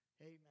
amen